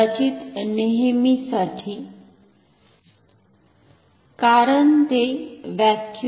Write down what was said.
कदाचित नेहमीसाठी कारण ते व्हॅक्युम मध्ये आहे